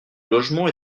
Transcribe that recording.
logement